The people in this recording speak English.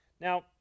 Now